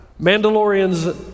Mandalorian's